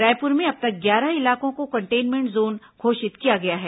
रायपुर में अब तक ग्यारह इलाकों को कंटेनमेंट जोन घोषित किया गया है